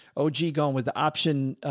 oh, gee. gone with the option. ah,